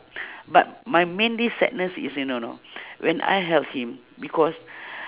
but my mainly sadness is you know know when I help him because